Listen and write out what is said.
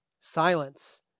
Silence